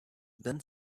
then